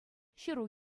ҫыру